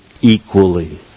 equally